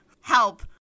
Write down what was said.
Help